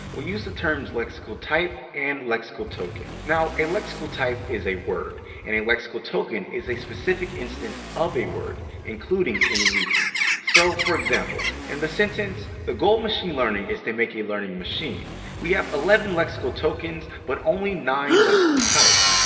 we'll use the terms lexical type and lexical token. now a lexical type is a word, and a lexical token is a specific instance of a word, including any repeats. so, for example, in the sentence the goal of machine learning is to make a learning machine. we have eleven lexical tokens but only nine lexical types,